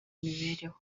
imibereho